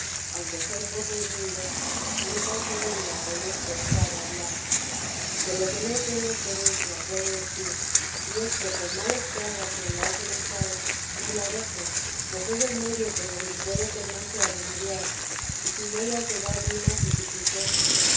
aunque soy poco humilde no tan soberbia que en esto osara hablar de lo que yo tengo experiencia puedo decir y es que por males que haga quien la ha comenzado no la deje pues es el medio por donde puede tornarse a remediar y sin ella será muy más dificultoso